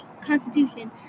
Constitution